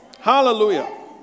Hallelujah